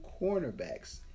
cornerbacks